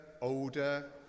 older